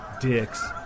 dicks